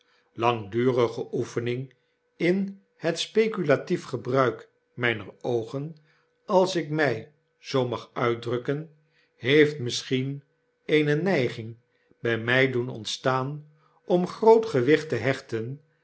langdurige oefening in het speculatief gebruik myner oogen als ik my zoo maguitdrukken heeft misschien eene neiging by my doen ontstaan om groot gewicht te hechten